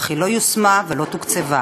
אך זה לא יושם ולא תוקצב.